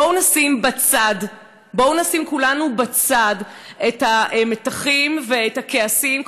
בואו נשים כולנו בצד את המתחים ואת הכעסים,